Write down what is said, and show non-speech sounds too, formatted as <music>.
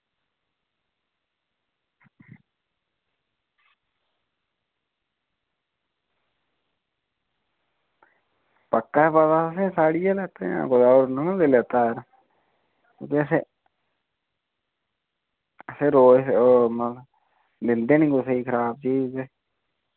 पक्का पता तुसें साढ़िया लैते दा जां कुदै होर निं ना लेई लैता <unintelligible> अस रोज मतलब दिंदे निं कुसै ई खराब चीज़ ते